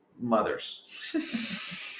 mothers